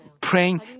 praying